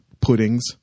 puddings